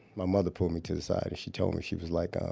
my mother pulled me to the side and she told me. she was like, ah,